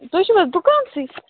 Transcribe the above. تُہۍ چھُو حظ دُکانسٕے